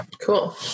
cool